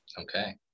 Okay